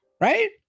right